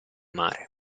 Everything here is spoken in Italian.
mare